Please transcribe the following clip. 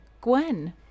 Gwen